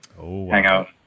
hangout